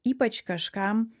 ypač kažkam